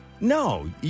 No